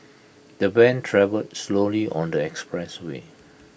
the van travelled slowly on the expressway